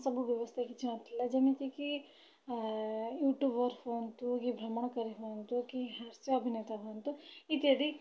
ସବୁ ବ୍ୟବସ୍ଥା କିଛି ନଥିଲା ଯେମିତିକି ୟୁଟ୍ୟୁବର୍ ହୁଅନ୍ତୁ କି ଭ୍ରମଣକାରୀ ହୁଅନ୍ତୁ କି ହାସ୍ୟ ଅଭିନେତା ହୁଅନ୍ତୁ ଇତ୍ୟାଦି